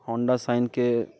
Honda शाइनके